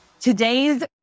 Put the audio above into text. Today's